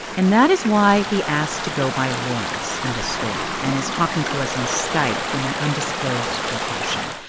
and that is why he asked to go by lawrence in this story and is talking to us on skype from an undisclosed location.